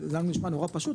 לנו זה נשמע נורא פשוט,